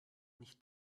nicht